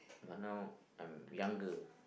but now I'm younger